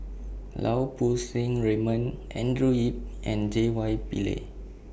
Lau Poo Seng Raymond Andrew Yip and J Y Pillay